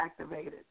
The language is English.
activated